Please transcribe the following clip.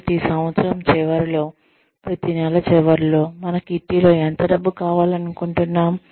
ప్రతి సంవత్సరం చివరలో ప్రతి నెల చివర్లో మన కిట్టిలో ఎంత డబ్బు కావాలనుకుంటున్నాము